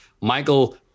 Michael